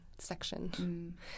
Section